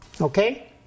okay